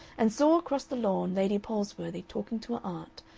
and saw across the lawn lady palsworthy talking to her aunt,